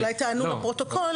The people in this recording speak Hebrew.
אולי תענו לפרוטוקול.